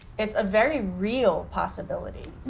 it's a very real possibility.